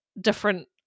different